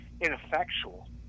ineffectual